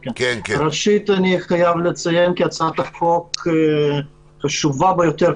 ראשית, אני חייב לציין כי הצעת החוק חשובה ביותר.